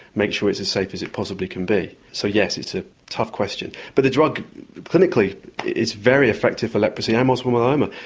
make sure it's as safe as it possibly can be. so yes, it's a tough question, but the drug clinically is very effective for leprosy and multiple myeloma.